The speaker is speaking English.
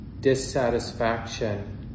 dissatisfaction